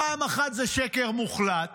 פעם אחת זה שקר מוחלט